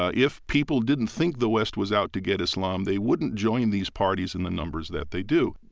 ah if people didn't think the west was out to get islam, they wouldn't join these parties in the numbers that they do.